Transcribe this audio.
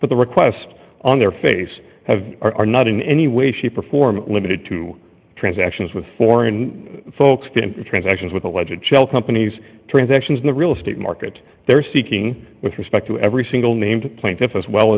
but the requests on their face have are not in any way shape or form limited to transactions with foreign folks than transactions with a legit shell companies transactions in the real estate market they're seeking with respect to every single named plaintiffs as well